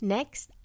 Next